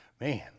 Man